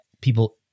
People